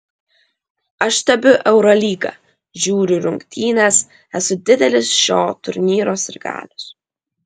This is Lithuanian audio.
aš stebiu eurolygą žiūriu rungtynes esu didelis šio turnyro sirgalius